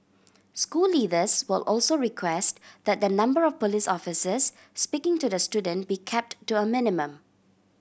school leaders will also request that the number of police officers speaking to the student be kept to a minimum